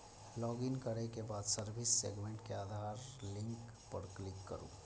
login करै के बाद सर्विस सेगमेंट मे आधार लिंक पर क्लिक करू